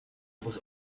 was